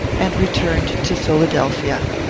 and returned to philadelphia.